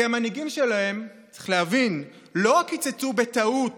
כי המנהיגים שלהם, צריך להבין, לא רק קיצצו בטעות